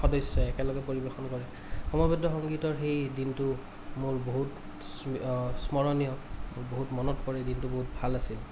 সদস্য়ই একেলগে পৰিৱেশন কৰে সমবেত সংগীতৰ সেই দিনটো মোৰ বহুত স্ম স্মৰণীয় মোৰ বহুত মনত পৰে সেই দিনটো বহুত ভাল আছিল